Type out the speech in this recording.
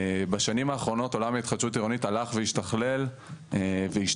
בשנים האחרונות עולם ההתחדשות העירונית הלך והשתכלל והשתפר,